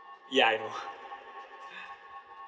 ya I know